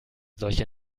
solche